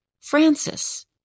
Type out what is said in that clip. Francis